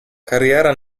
carriera